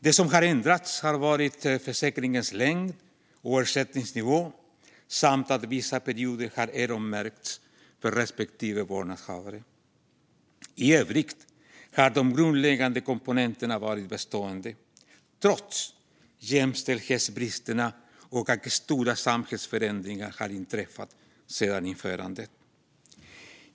Det som har ändrats har varit försäkringens längd och ersättningsnivå samt att vissa perioder har öronmärkts för respektive vårdnadshavare. I övrigt har de grundläggande komponenterna varit bestående, trots jämställdhetsbristerna och att stora samhällsförändringar har inträffat sedan införandet.